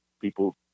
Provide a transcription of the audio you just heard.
people